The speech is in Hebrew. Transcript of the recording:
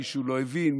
מישהו לא הבין,